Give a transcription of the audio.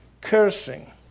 cursing